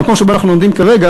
המקום שבו אנחנו עומדים כרגע,